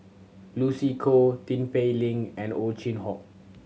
Lucy Koh Tin Pei Ling and Ow Chin Hock